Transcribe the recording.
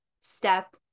step